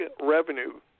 revenue